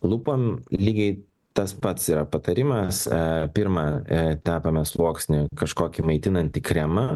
lūpom lygiai tas pats yra patarimas pirma tepame sluoksnį kažkokį maitinantį kremą